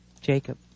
Jacob